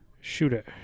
Shooter